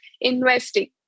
investing